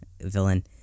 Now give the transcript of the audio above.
villain